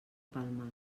palmar